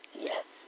Yes